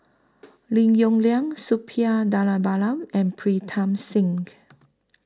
Lim Yong Liang Suppiah Dhanabalan and Pritam Singh